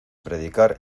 predicar